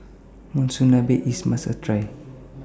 Monsunabe IS must A Try